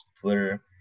twitter